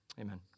Amen